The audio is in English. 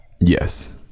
Yes